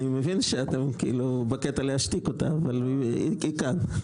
אני מבין שאתם בקטע להשתיק אותה אבל היא כאן.